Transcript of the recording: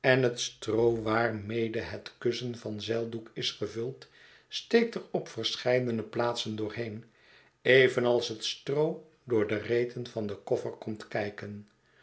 en het stroo waarmede het kussen van zeildoek is gevuld steekt er op verscheiden e plaatsen doorheen evenals het stroo door de reten van den koffer komt kijken